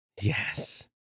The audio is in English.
Yes